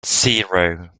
zero